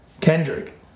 Kendrick